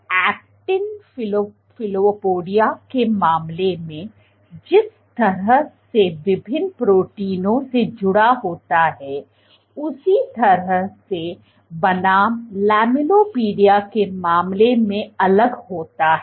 तो actin filopodia के मामले में जिस तरह से विभिन्न प्रोटीनों से जुड़ा होता है उसी तरह से बनाम लैमेलिपोडिया के मामले में अलग होता है